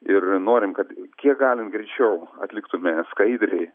ir norim kad kiek galint greičiau atliktume skaidriai